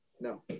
no